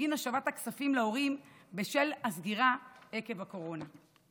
בגין השבת הכספים להורים בשל הסגירה עקב קורונה.